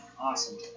Awesome